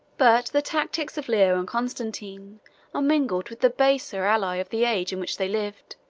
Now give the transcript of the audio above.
but the tactics of leo and constantine are mingled with the baser alloy of the age in which they lived.